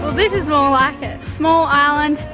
this is more like it, small island,